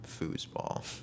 foosball